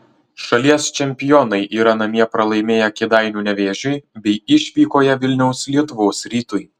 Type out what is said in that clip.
šalies čempionai yra namie pralaimėję kėdainių nevėžiui bei išvykoje vilniaus lietuvos rytui